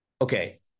okay